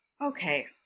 okay